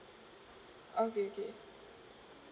okay okay